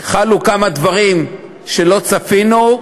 חלו כמה דברים שלא צפינו,